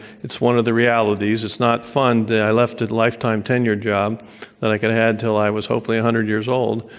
it's one of the realities. it's not fun that i left a lifetime tenured job that i could have until i was hopefully one hundred years old.